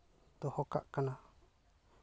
ᱫᱚᱦᱚ ᱠᱟᱜ ᱠᱟᱱᱟ